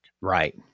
Right